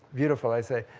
beautiful i say,